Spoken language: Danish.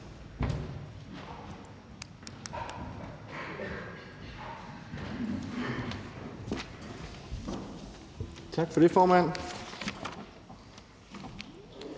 Tak for det, formand.